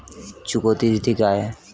चुकौती तिथि क्या है?